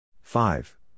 five